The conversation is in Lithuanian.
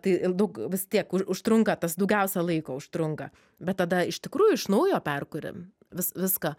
tai daug vis tiek už užtrunka tas daugiausia laiko užtrunka bet tada iš tikrųjų iš naujo perkuri vis viską